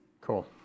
cool